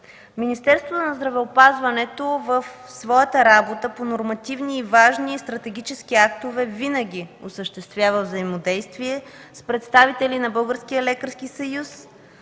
Министерството на здравеопазването в своята работа по нормативни, важни и стратегически актове винаги осъществява взаимодействие с представители на Българския лекарски съюз,